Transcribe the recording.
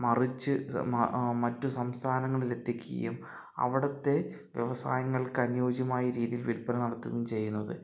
മറിച്ച് മറ്റു സംസ്ഥാനങ്ങളിൽ എത്തിക്കുകയും അവിടുത്തെ വ്യവസായങ്ങൾക്ക് അനുയോജ്യമായ രീതിയിൽ വിൽപ്പന നടത്തുകയും ചെയ്യുന്നത്